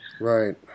right